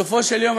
בסופו של יום,